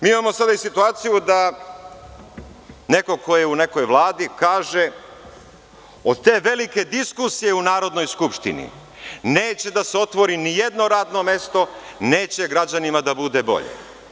Mi imamo sada i situaciju da neko ko je u nekoj Vladi kaže – od te velike diskusije u Narodnoj skupštini neće da se otvori ni jedno radno mesto, neće građanima da bude bolje.